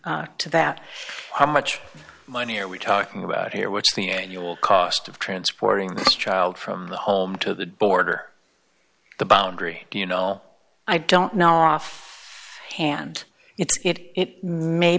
to that how much money are we talking about here what's the annual cost of transporting this child from the home to the border the boundary you know i don't know off hand it's it may